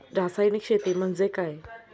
रासायनिक शेती म्हणजे काय?